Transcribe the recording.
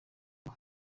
ngo